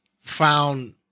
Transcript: found